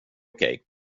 okej